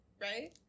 right